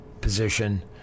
position